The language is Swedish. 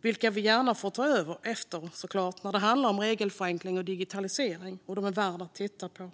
vi får gärna ta efter dem när det handlar om regelförenkling och digitalisering. De är värda att titta på.